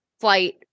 flight